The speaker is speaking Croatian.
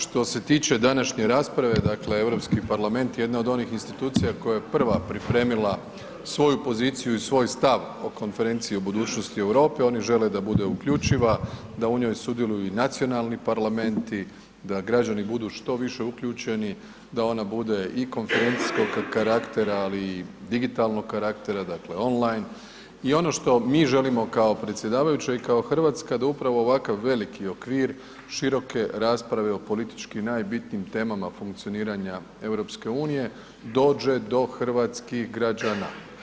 Što se tiče današnje rasprave, dakle EU parlament je jedna od onih institucija koja je prva pripremila svoju poziciju i svoj stav o konferenciji o budućnosti Europe, oni žele da bude uključiva, da u njoj sudjeluju i nacionalni parlamenti, da građani budu što više uključeni, da ona bude i konferencijskog karaktera, ali i digitalnog karaktera, dakle online, i ono što mi želimo kao predsjedavajući i kao Hrvatska da upravo ovakav veliki okvir široke rasprave o politički najbitnijim temama funkcioniranja EU dođe do hrvatskih građana.